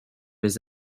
les